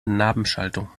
narbenschaltung